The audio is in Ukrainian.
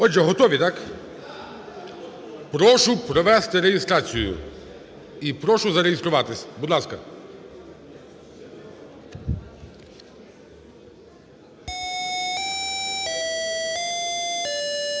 Отже, готові, так? Прошу провести реєстрацію і прошу зареєструватись, будь ласка. 10:02:07